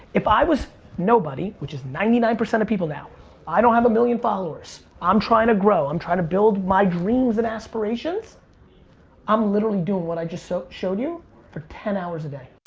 if i was nobody, which ninety nine percent of people now i don't have a million followers, i'm trying to grow i'm trying to build my dreams and aspirations i'm literally doing what i just so showed you for ten hours a day